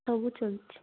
ସବୁ ଚାଲୁଛି